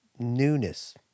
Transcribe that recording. newness